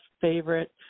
favorite